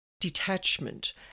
detachment